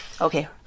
Okay